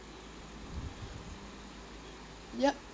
yup